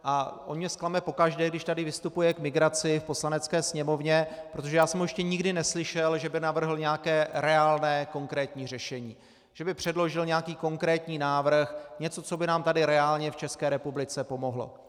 A on mě zklame pokaždé, když tady vystupuje k migraci v Poslanecké sněmovně, protože já jsem ho ještě nikdy neslyšel, že by navrhl nějaké reálné konkrétní řešení, že by předložil nějaký konkrétní návrh, něco, co by nám tady reálně v České republice pomohlo.